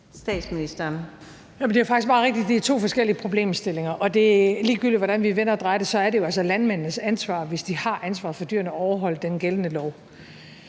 Det er faktisk meget rigtigt, at det er to forskellige problemstillinger, og ligegyldigt hvordan vi vender og drejer det, er det jo altså landmændenes ansvar, hvis de har ansvaret for dyrene, at overholde den gældende lov.